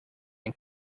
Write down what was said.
den